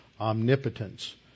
omnipotence